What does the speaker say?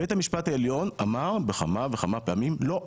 בית המשפט העליון אמר בכמה וכמה פעמים לא,